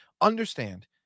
understand